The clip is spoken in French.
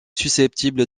susceptible